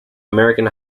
american